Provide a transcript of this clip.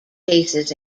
cases